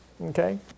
okay